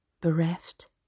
bereft